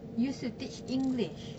used to teach english